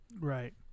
Right